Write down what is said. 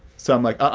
so i'm like, ah